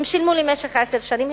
הם שילמו במשך עשר שנים,